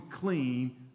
clean